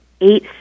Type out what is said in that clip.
eight